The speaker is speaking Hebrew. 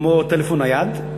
כמו טלפון נייד,